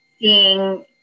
seeing